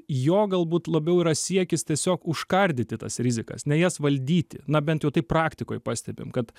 jo galbūt labiau yra siekis tiesiog užkardyti tas rizikas ne jas valdyti na bent jau taip praktikoj pastebim kad